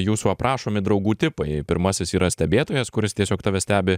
jūsų aprašomi draugų tipai pirmasis yra stebėtojas kuris tiesiog tave stebi